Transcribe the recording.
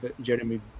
Jeremy